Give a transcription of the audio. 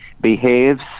behaves